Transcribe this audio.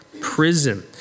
prison